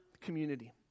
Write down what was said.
community